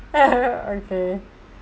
okay